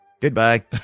Goodbye